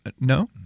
No